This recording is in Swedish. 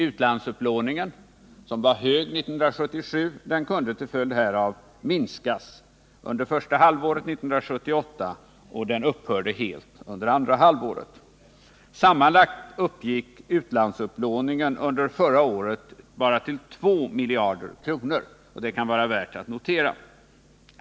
Utlandsupplåningen, som var hög 1977, kunde till följd härav minskas under första halvåret 1978, och den upphörde helt under andra halvåret. Sammanlagt uppgick utlandsupplåningen under förra året till bara 2 miljarder. Detta kan vara värt att notera.